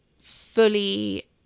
fully